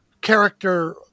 character